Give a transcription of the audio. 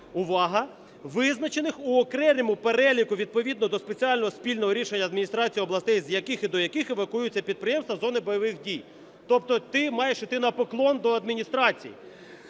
увага! – визначених в окремому переліку відповідно до спеціального спільного рішення адміністрацій областей з яких і до яких евакуюються підприємства із зони бойових дій. Тобто ти маєш іти на поклон до адміністрації.